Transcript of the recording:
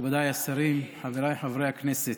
מכובדיי השרים, חבריי חברי הכנסת,